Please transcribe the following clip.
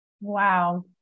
Wow